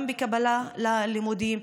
גם בקבלה ללימודים,